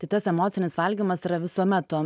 tai tas emocinis valgymas yra visuomet tuo